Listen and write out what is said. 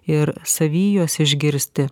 ir savy juos išgirsti